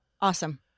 Awesome